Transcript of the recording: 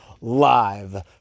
Live